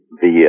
via